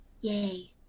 Yay